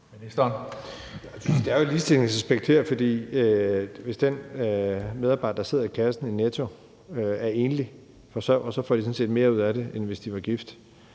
Der er jo et ligestillingsaspektet her, for hvis den medarbejder, der sidder i kassen i Netto, er enlig forsørger, får vedkommende jo sådan set mere ud af det, end hvis vedkommende var gift.